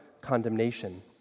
condemnation